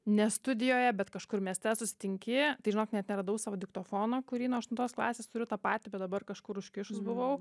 ne studijoje bet kažkur mieste susitinki tai žinok net neradau savo diktofono kurį nuo aštuntos klasės turiu tą patį bet dabar kažkur užkišus buvau